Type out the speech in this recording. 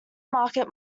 market